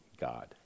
God